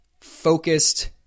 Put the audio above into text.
focused